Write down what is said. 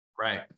Right